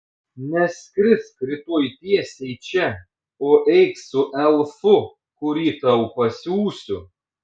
neskrisk rytoj tiesiai čia o eik su elfu kurį tau pasiųsiu